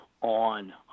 on